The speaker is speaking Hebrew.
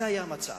זה היה המצב.